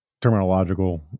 terminological